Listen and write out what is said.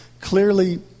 clearly